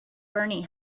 bernie